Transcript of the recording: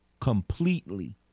completely